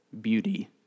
beauty